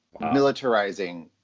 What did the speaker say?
militarizing